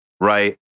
right